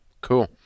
cool